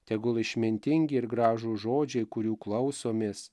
tegul išmintingi ir gražūs žodžiai kurių klausomės